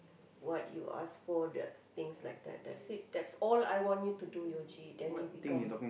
what you asked for that things like that that's it that's all I want you to do Yuji then you become